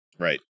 right